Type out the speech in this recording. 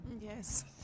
Yes